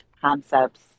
concepts